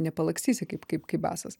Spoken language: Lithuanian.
nepalakstysi kaip kaip kaip basas